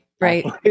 right